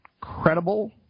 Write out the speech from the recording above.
credible